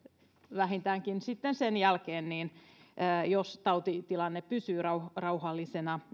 vähintäänkin sitten sen jälkeen jos tautitilanne pysyy rauhallisena